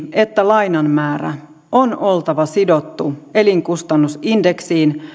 että lainan määrän on oltava sidottu elinkustannusindeksiin